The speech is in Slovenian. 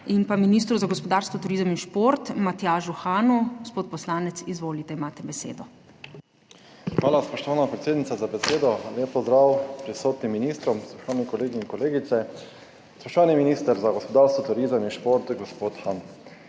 in ministru za gospodarstvo, turizem in šport Matjažu Hanu. Gospod poslanec, izvolite, imate besedo. **ANDREJ KOSI (PS SDS):** Hvala, spoštovana predsednica, za besedo. Lep pozdrav prisotnim ministrom, spoštovani kolegi in kolegice! Spoštovani minister za gospodarstvo, turizem in šport gospod Han,